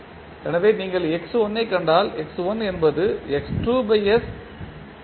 எனவே நீங்கள் x1 ஐக் கண்டால் x1 என்பது x2 s x1 t0s